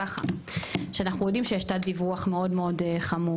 ככה שאנחנו יודעים שיש דיווח מאוד מאוד חמור.